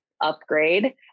upgrade